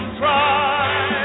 try